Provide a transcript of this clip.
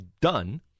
done